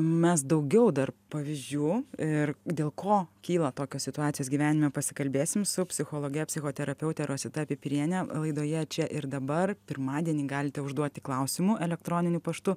mes daugiau dar pavyzdžių ir dėl ko kyla tokios situacijos gyvenime pasikalbėsim su psichologe psichoterapeute rosita pipiriene laidoje čia ir dabar pirmadienį galite užduoti klausimų elektroniniu paštu